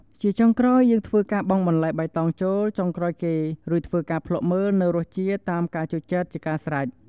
ជាចុងក្រោយ យើងធ្វើការបង់បន្លែបៃតងចូលចុងក្រោយគេ រួចធ្វើការភ្លក់មើលនៅរសជាតិតាមការចូលចិត្តជាការស្រេច។